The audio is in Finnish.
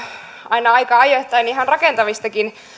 aina aika ajoin ihan rakentavistakin